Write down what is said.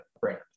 brand